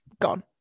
Gone